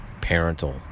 Parental